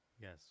Yes